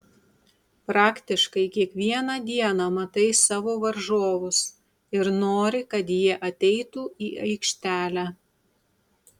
praktiškai kiekvieną dieną matai savo varžovus ir nori kad jie ateitų į aikštelę